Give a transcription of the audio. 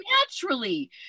naturally